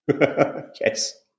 Yes